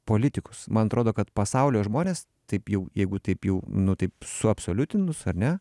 politikus man atrodo kad pasaulio žmonės taip jau jeigu taip jau nu taip suabsoliutinus ar ne